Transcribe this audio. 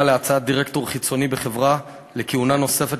להצעת דירקטור חיצוני בחברה לכהונה נוספת,